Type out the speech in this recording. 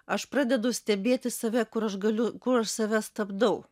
aš pradedu stebėti save kur aš galiu kur aš save stabdau